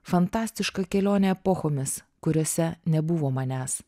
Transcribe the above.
fantastiška kelionė epochomis kuriose nebuvo manęs